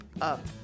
up